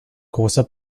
großer